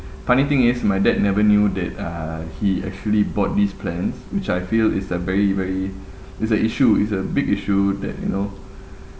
funny thing is my dad never knew that (uh)he actually bought these plans which I feel it's a very very it's a issue it's a big issue that you know